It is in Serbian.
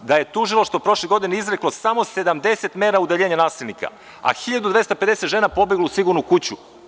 Da je tužilaštvo prošle godine izreko samo 70 mera udaljenja nasilnika, a 1. 250 žena pobeglo u sigurnu kuću.